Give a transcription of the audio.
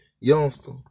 youngster